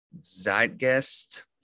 zeitgeist